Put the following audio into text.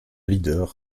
leader